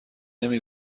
نمی